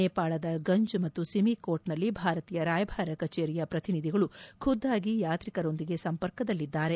ನೇಪಾಳ ಗಂಜ್ ಮತ್ತು ಶಿಮಿಕೋಟ್ನಲ್ಲಿ ಭಾರತೀಯ ರಾಯಭಾರ ಕಚೇರಿಯ ಪ್ರತಿನಿಧಿಗಳು ಖುದ್ದಾಗಿ ಯಾತ್ರಿಕರೊಂದಿಗೆ ಸಂಪರ್ಕದಲ್ಲಿದ್ದಾರೆ